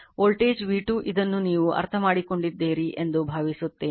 voltage v2 ಇದನ್ನು ನೀವು ಅರ್ಥಮಾಡಿಕೊಂಡಿದ್ದೀರಿ ಎಂದು ಭಾವಿಸುತ್ತೇನೆ